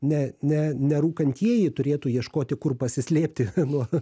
ne ne nerūkantieji turėtų ieškoti kur pasislėpti nuo